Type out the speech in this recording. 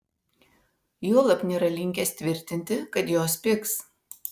juolab nėra linkęs tvirtinti kad jos pigs